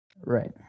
right